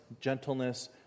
gentleness